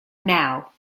now